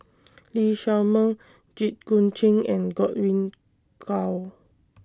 Lee Shao Meng Jit Koon Ch'ng and Godwin Koay